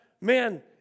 man